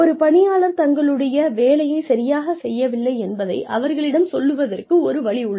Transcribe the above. ஒரு பணியாளர் தங்களுடைய வேலையை சரியாகச் செய்யவில்லை என்பதை அவர்களிடம் சொல்வதற்கு ஒரு வழி உள்ளது